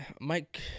Mike